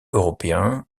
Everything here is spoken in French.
européen